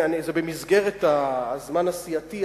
זה במסגרת הזמן הסיעתי,